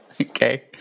Okay